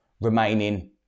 remaining